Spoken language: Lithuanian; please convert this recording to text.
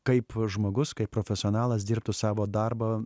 kaip žmogus kaip profesionalas dirbtų savo darbą